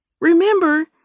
remember